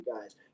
guys